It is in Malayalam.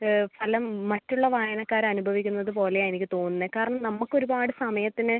സ്ഥലം മറ്റുള്ള വായനക്കാർ അനുഭവിക്കുന്നത് പോലെയാണ് എനിക്ക് തോന്നുന്നത് കാരണം നമ്മൾക്ക് ഒരുപാട് സമയത്തിന്